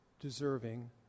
deserving